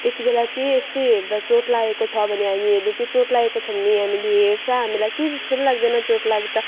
त्यति बेला चाहिँ यस्तै हेर्दा चोट लागेको छ भने हामीहरूले त्यो चोट लागेको छ भने हामीले हेर्छौँ हामीलाई केही जस्तो पनि लाग्दैन चोट लाग्दा